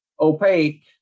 Opaque